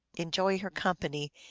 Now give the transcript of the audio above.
enjoy her company,